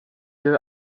ihre